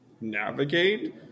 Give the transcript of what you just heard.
navigate